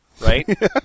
right